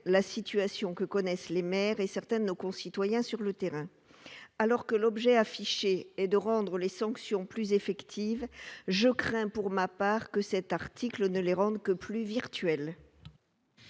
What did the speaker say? la situation que connaissent les maires et certains de nos concitoyens sur le terrain. Alors que l'objet affiché est de rendre les sanctions plus effectives, je crains pour ma part que cet article ne les rende que plus virtuelles